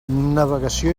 navegació